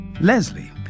Leslie